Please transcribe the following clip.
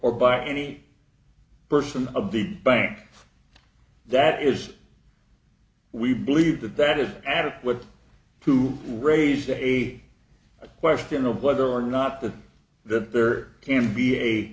or by any person of the bank that is we believe that that is adequate to raise a question of whether or not the that there can be a